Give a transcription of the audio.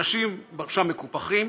אנשים שם מקופחים,